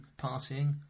partying